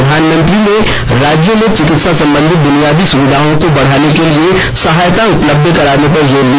प्रधानमंत्री श्री मोदी ने राज्यों में चिकित्सा संबंधी बुनियादी सुविधाओं को बढ़ाने के लिए सहायता उपलब्ध कराने पर जोर दिया